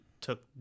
took